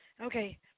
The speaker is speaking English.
Okay